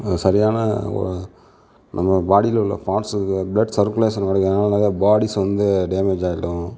சரியான நம்ம பாடியில உள்ள பார்ட்ஸ் பிளட் சர்க்குலேஷன் கிடைக்காமல் அதனால பாடீஸ் வந்து டேமேஜ் ஆகிடும்